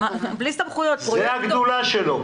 זו הגדולה שלו.